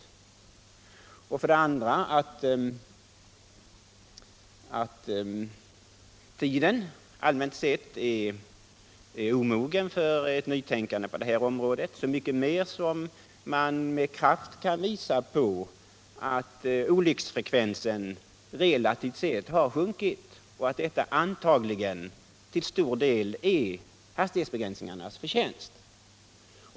Vi konstaterade för det andra att tiden allmänt sett inte är mogen för ett omtänkande på detta område, så mycket mer som det med kraft kan påvisas att olycksfrekvensen relativt sett har sjunkit, vilket antagligen till stor del är hastighetsbegränsningarnas förtjänst.